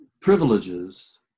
privileges